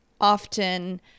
often